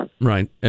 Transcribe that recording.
Right